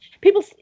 people